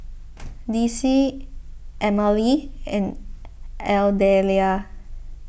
Dicie Emmalee and Ardelia